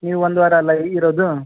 ನೀವು ಒಂದು ವಾರ ಅಲ್ಲ ಇರೋದು